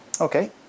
Okay